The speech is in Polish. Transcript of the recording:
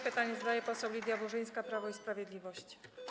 Pytanie zadaje poseł Lidia Burzyńska, Prawo i Sprawiedliwość.